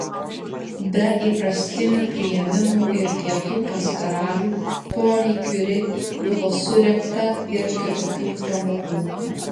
be įprastinių priėmimų ir pietų pas karalių poniai kiuri buvo surengta ir kitokių pramogų